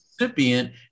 recipient